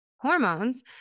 hormones